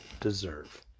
deserve